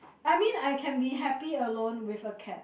I mean I can be happy alone with a cat